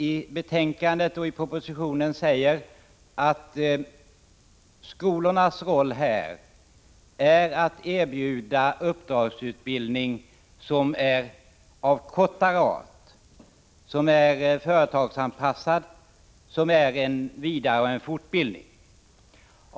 I betänkandet och i propositionen sägs att skolornas roll är att erbjuda uppdragsutbildning som är av kortare art, som är företagsanpassad, som är en vidareoch fortbildning.